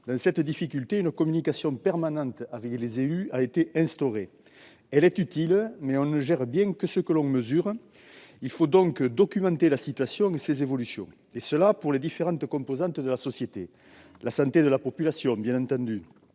une telle difficulté, une communication permanente avec les élus a été instaurée. Elle est utile, mais on ne gère bien que ce que l'on mesure. Il faut donc documenter la situation et ses évolutions pour les différentes composantes de la société. Un premier indicateur